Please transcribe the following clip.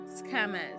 scammers